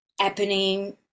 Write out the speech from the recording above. happening